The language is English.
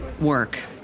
work